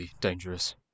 dangerous